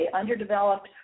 underdeveloped